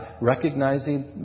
recognizing